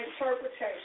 interpretation